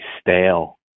stale